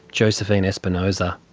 josephine espinosa.